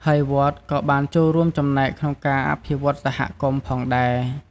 ហើយវត្តក៏បានចូលរួមចំណែកក្នុងការអភិវឌ្ឍន៍សហគមន៍ផងដែរ។